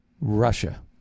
russia